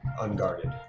unguarded